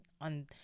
on